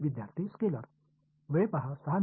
மாணவர் ஸ்கேலார் தரம்